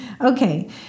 Okay